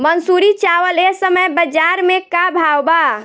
मंसूरी चावल एह समय बजार में का भाव बा?